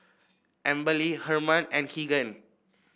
Amberly Herman and Keegan